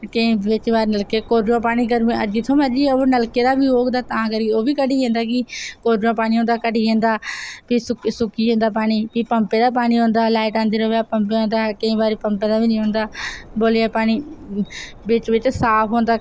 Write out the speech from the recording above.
केई बारी बिच्च बारी नलका पानी जित्थें दा मर्जी होऐ ओह् बी घटी जंदा कि कोरजमां पानी होंदा घटी जंदा कि प्ही सुक्की जंदा पानी फ्ही पंपे दा पानी औंदा लाईट अवा पंपे दा केईं बारी पंपे दा बी नी औंदा बौलिया दा पानी बिच्च बिच्च साफ होंदा